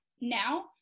now